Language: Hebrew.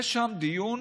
יש שם דיון,